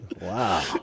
Wow